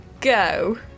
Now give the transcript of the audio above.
go